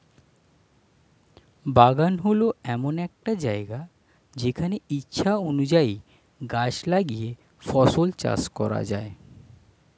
বাগান হল এমন একটা জায়গা যেখানে ইচ্ছা অনুযায়ী গাছ লাগিয়ে ফল চাষ করা যায়